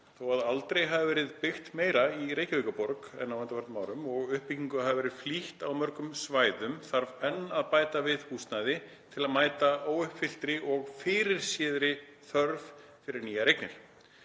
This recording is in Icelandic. Þó að aldrei hafi verið byggt meira í Reykjavíkurborg en á undanförnum árum og uppbyggingu hafi verið flýtt á mörgum svæðum þarf enn að bæta við húsnæði til að mæta óuppfylltri og fyrirséðri þörf fyrir nýjar eignir.